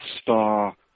Star